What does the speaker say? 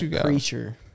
creature